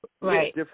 Right